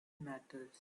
matters